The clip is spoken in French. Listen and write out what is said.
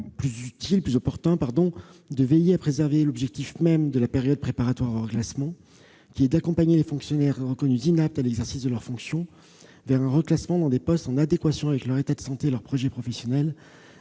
nous semble plus opportun de veiller à préserver l'objectif même de la période préparatoire au reclassement, qui est d'accompagner les fonctionnaires reconnus inaptes à l'exercice de leurs fonctions vers un reclassement dans des postes en adéquation avec leur état de santé et leur projet professionnel.